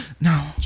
No